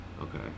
Okay